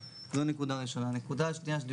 אם בשנת 2014,